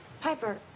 piper